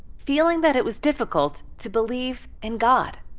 feeling that it was difficult to believe in god.